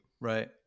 right